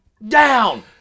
down